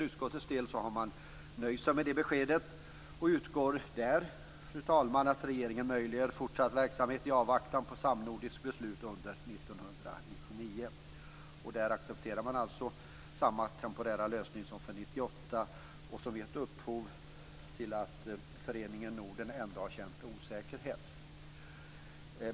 Utskottet har nöjt sig med det beskedet och utgår ifrån att regeringen möjliggör fortsatt verksamhet i avvaktan på ett samnordiskt beslut under 1999. Där accepterar man alltså samma temporära lösning som för 1998. Den har gett upphov till att Föreningen Norden har känt osäkerhet.